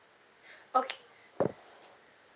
okay